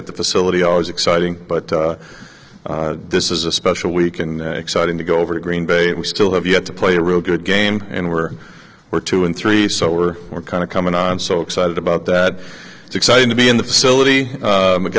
at the facility always exciting but this is a special week and exciting to go over to green bay we still have yet to play a real good game and we're we're two and three so we're we're kind of coming on so excited about that it's exciting to be in the facility